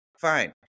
fine